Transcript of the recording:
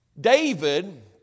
David